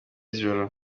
z’ijoro